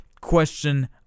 question